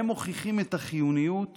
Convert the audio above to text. מוכיחים את החיוניות